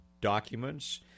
documents